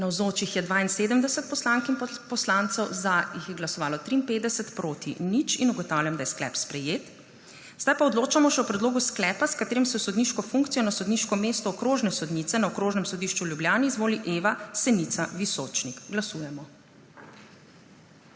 za jih je glasovalo 53, proti nihče. (Za je glasovalo 53.) (Proti nihče.) Ugotavljam, da je sklep sprejet. Zdaj pa odločamo še o predlogu sklepa, s katerim se v sodniško funkcijo na sodniško mesto okrožne sodnice na Okrožnem sodišču v Ljubljani izvoli Eva Senica Visočnik. Glasujemo.